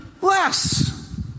less